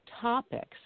topics